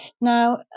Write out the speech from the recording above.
Now